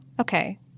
okay